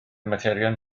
materion